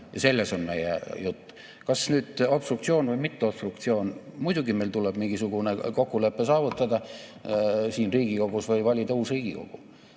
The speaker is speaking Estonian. selles on meie jutt. Kas nüüd obstruktsioon või mitte obstruktsioon? Muidugi meil tuleb mingisugune kokkulepe saavutada siin Riigikogus või valida uus Riigikogu.